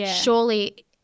surely